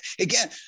again